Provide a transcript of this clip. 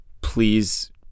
please